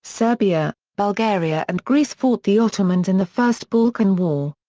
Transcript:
serbia, bulgaria and greece fought the ottomans in the first balkan war.